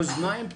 אוזניים פתוחות,